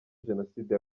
jenoside